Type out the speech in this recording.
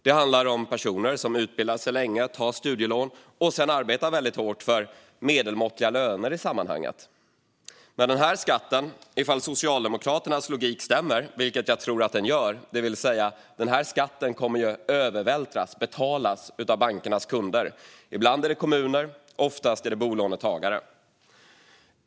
Det handlar om personer som tar studielån, utbildar sig länge och sedan arbetar väldigt hårt för i sammanhanget medelmåttiga löner. Om Socialdemokraternas logik stämmer, vilket jag tror att den gör, kommer skatten att övervältras på och betalas av bankernas kunder. Ibland är det kommuner, oftast är det bolånetagare.